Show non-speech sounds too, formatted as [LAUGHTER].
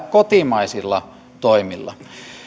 [UNINTELLIGIBLE] kotimaisilla toimilla